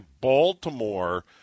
Baltimore